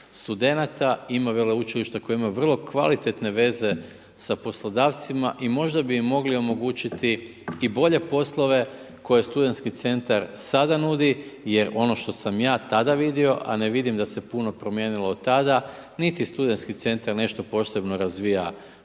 studenata, ima veleučilišta koje imaju vrlo kvalitetne veze sa poslodavcima i možda bi im mogli omogućiti i bolje poslove koje SC sada nudi jer ono što sam ja tada vidio, a ne vidim da se puno promijenilo od tada, niti SC nešto posebno razvija ponudu,